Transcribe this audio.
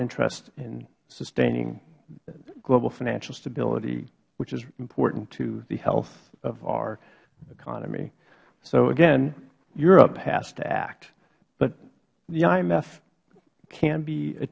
interest in sustaining global financial stability which is important to the health of our economy so again europe has to act but the imf can be a